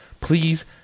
please